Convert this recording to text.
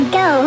go